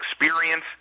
experience